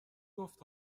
گفت